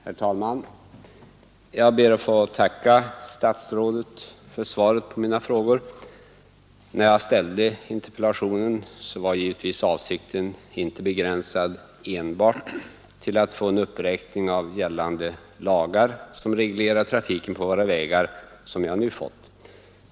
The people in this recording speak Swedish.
Herr talman! Jag ber att få tacka statsrådet för svaret på mina frågor. När jag ställde interpellationen var givetvis avsikten begränsad inte endast till att få en uppräkning av gällande lagar som reglerar trafiken på våra vägar, som jag nu fått.